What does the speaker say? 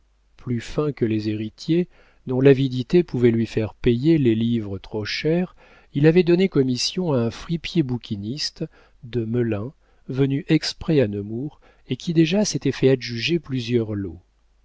plus fin que les héritiers dont l'avidité pouvait lui faire payer les livres trop cher il avait donné commission à un fripier bouquiniste de melun venu exprès à nemours et qui déjà s'était fait adjuger plusieurs lots